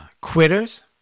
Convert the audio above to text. quitters